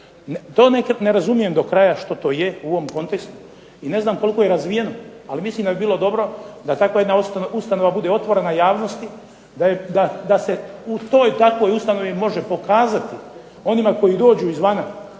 To ne razumijem do kraja što to je u ovom kontekstu i ne znam koliko je razvijeno. Ali mislim da bi bilo dobro da takva jedna ustanova bude otvorena javnosti da se u toj i takvoj ustanovi može pokazati onima koji dođu izvana,